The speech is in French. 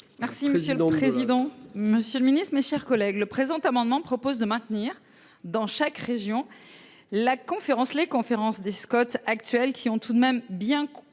Merci monsieur le président, Monsieur le Ministre, mes chers collègues, le présent amendement propose de maintenir dans chaque région. La conférence les conférences des Scott actuel qui ont tout de même bien